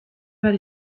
behar